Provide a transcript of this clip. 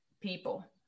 people